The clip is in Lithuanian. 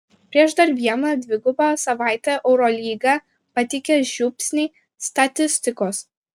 prieš dar vieną dvigubą savaitę eurolyga pateikia žiupsnį statistikos